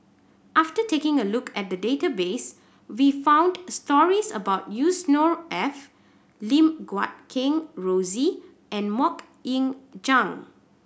after taking a look at the database we found stories about Yusnor Ef Lim Guat Kheng Rosie and Mok Ying Jang